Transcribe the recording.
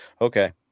okay